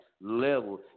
level